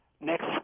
Next